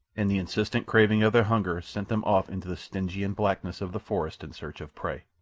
and the insistent craving of their hunger sent them off into the stygian blackness of the forest in search of prey.